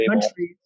countries